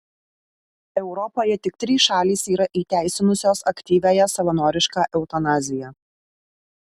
europoje tik trys šalys yra įteisinusios aktyviąją savanorišką eutanaziją